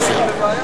יפה.